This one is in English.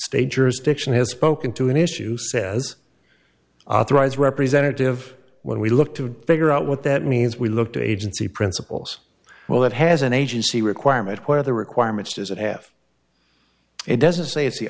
state jurisdiction has spoken to an issue says authorized representative when we look to figure out what that means we look to agency principals well that has an agency requirement where the requirements does it have it doesn't say it's the